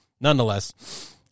nonetheless